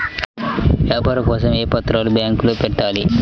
వ్యాపారం కోసం ఏ పత్రాలు బ్యాంక్లో పెట్టాలి?